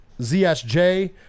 ZSJ